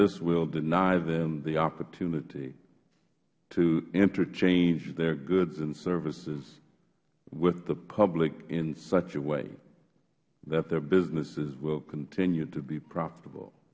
this will deny them the opportunity to interchange their goods and services with the public in such a way that their businesses will continue to be profitable